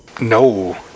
No